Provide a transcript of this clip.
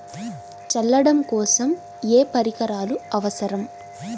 చల్లడం కోసం ఏ పరికరాలు అవసరం?